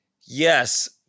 yes